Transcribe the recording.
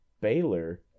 Baylor